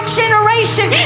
generation